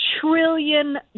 trillion